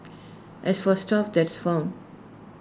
as for stuff that's found